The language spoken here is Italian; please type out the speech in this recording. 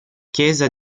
chiesa